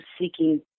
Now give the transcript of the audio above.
seeking